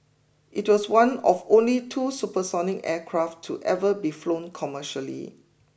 it was one of only two supersonic aircraft to ever be flown commercially